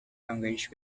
language